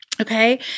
Okay